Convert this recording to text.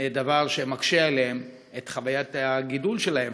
דבר שמקשה עליהם את חוויית הגידול שלהם,